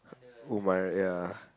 humai~ ya